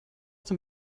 dem